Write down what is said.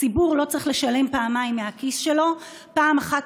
הציבור לא צריך לשלם פעמיים מהכיס שלו: פעם אחת,